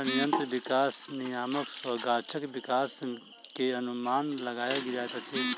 संयंत्र विकास नियामक सॅ गाछक विकास के अनुमान लगायल जाइत अछि